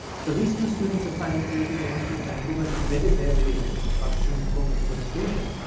so these two students at simon fraser university in vancouver submitted their video, which was about the principles of persuasion,